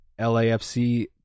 LAFC